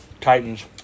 Titans